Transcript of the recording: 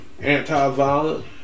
anti-violent